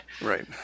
Right